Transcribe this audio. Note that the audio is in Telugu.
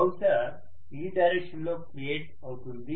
బహుశా ఈ డైరెక్షన్ లో క్రియేట్ అవుతుంది